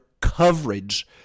coverage